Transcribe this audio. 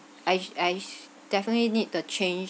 I I definitely need the change